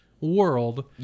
world